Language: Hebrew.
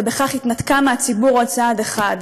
ובכך התנתקה מהציבור עוד צעד אחד.